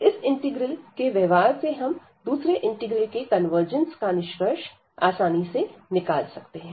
इस इंटीग्रल के व्यवहार से हम दूसरे इंटीग्रल के कन्वर्जंस का निष्कर्ष आसानी से निकाल सकते हैं